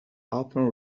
upon